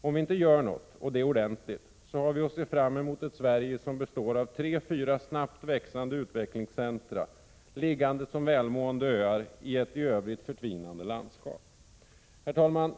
Om vi inte gör något, och det ordentligt, så har vi att se fram mot ett Sverige som består av tre fyra snabbt växande utvecklingscentra, liggande som välmående öar i ett i övrigt förtvinande landskap. Herr talman!